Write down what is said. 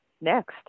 next